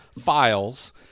files